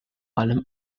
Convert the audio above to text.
allem